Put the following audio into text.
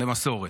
למסורת.